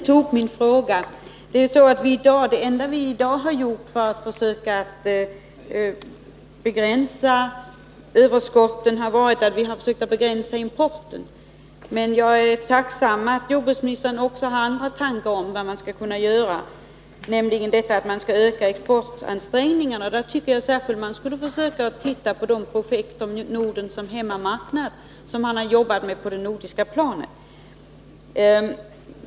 Fru talman! Jag vill gärna tacka jordbruksministern för att han tog upp min fråga. Det enda vi har gjort hittills för att begränsa överskottet är att försöka begränsa importen. Jag är tacksam för att jordbruksministern också har arna. Där tycker jag att man särskilt skulle titta på det projekt beträffande Norden som hemmamarknad som man har jobbat med på det nordiska planet.